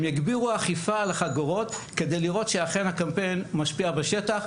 הם יגבירו אכיפה על חגורות כדי לראות שאכן הקמפיין משפיע בשטח.